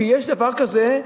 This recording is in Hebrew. שיש דבר כזה,